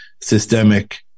systemic